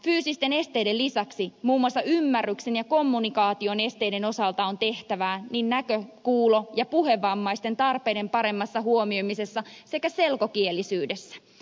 fyysisten esteiden lisäksi muun muassa ymmärryksen ja kommunikaation esteiden osalta on tehtävää niin näkö kuulo kuin puhevammaistenkin tarpeiden paremmassa huomioimisessa sekä selkokielisyydessä